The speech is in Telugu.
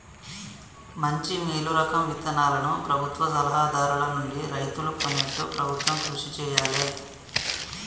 మంచి మేలు రకం విత్తనాలను ప్రభుత్వ సలహా దారుల నుండి రైతులు కొనేట్టు ప్రభుత్వం కృషి చేయాలే